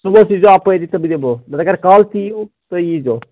صُبحس ییٖزیٚو اَپٲری تہٕ بہٕ دِمہو نتہٕ اگر کالہٕ تہِ یِیِو تُہۍ یٖیِزیٚو